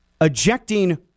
ejecting